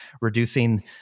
reducing